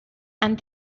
and